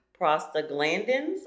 prostaglandins